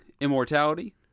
immortality